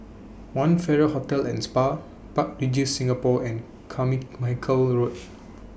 one Farrer Hotel and Spa Park Regis Singapore and Carmichael Road